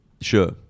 Sure